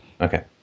Okay